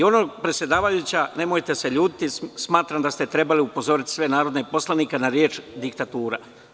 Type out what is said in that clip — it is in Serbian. Predsedavajuća, nemojte se ljutiti, smatram da ste trebali upozoriti sve narodne poslanike na reč „diktatura“